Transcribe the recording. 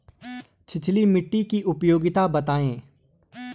छिछली मिट्टी की उपयोगिता बतायें?